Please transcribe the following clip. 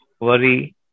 Worry